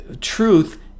truth